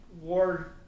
war